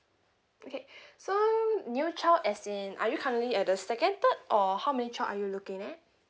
okay so new child as in are you currently at the second third or how many child are you looking at